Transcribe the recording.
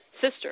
sister